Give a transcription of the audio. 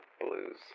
Blues